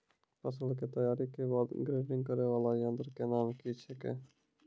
फसल के तैयारी के बाद ग्रेडिंग करै वाला यंत्र के नाम की छेकै?